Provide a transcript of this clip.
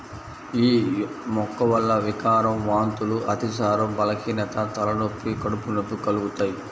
యీ మొక్క వల్ల వికారం, వాంతులు, అతిసారం, బలహీనత, తలనొప్పి, కడుపు నొప్పి కలుగుతయ్